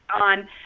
on